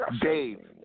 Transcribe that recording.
Dave